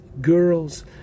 girls